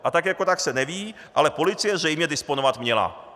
A tak jako tak se neví, ale policie zřejmě disponovat měla.